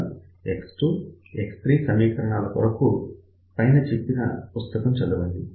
X1 X2 X3 సమీకరణాల కొరకు పైన చెప్పిన పుస్తకం చదవండి